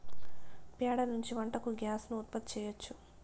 ప్యాడ నుంచి వంటకు గ్యాస్ ను ఉత్పత్తి చేయచ్చు